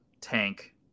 tank